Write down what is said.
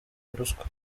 ruswa